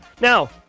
Now